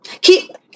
Keep